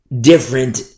different